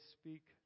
speak